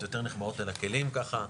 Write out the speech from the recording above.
יותר נחבאות אל הכלים ככה,